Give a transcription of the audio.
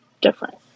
different